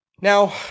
Now